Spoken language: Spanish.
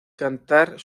cantar